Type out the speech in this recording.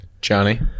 Johnny